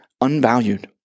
unvalued